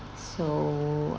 so